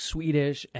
Swedish